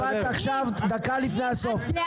-- -לאן